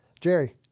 Jerry